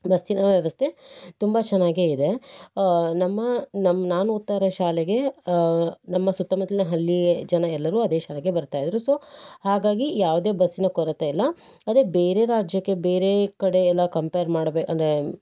ಬಸ್ಸಿನ ವ್ಯವಸ್ಥೆ ತುಂಬ ಚೆನ್ನಾಗೇ ಇದೆ ನಮ್ಮ ನಮ್ಮ ನಾನು ಓದ್ತಾ ಇರುವ ಶಾಲೆಗೆ ನಮ್ಮ ಸುತ್ತಮುತ್ತಲಿನ ಹಳ್ಳಿ ಜನ ಎಲ್ಲರು ಅದೆ ಶಾಲೆಗೆ ಬರ್ತಾ ಇದ್ದರು ಸೊ ಹಾಗಾಗಿ ಯಾವುದೆ ಬಸ್ಸಿನ ಕೊರತೆ ಇಲ್ಲ ಅದೆ ಬೇರೆ ರಾಜ್ಯಕ್ಕೆ ಬೇರೆ ಕಡೆ ಎಲ್ಲ ಕಂಪೇರ್ ಮಾಡ್ಬೆ ಅಂದರೆ